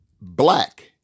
black